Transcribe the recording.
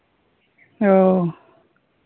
ᱚᱻ